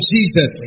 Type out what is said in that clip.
Jesus